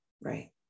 Right